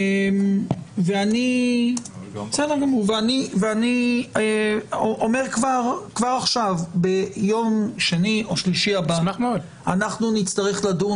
אני אומר כבר עכשיו שביום שני או שלישי הבא נצטרך לדון